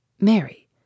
Mary